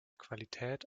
qualität